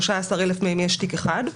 ל-213,000 מהם יש תיק אחד.